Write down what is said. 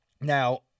now